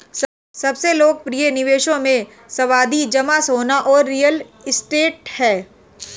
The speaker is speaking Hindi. सबसे लोकप्रिय निवेशों मे, सावधि जमा, सोना और रियल एस्टेट है